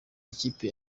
ikipe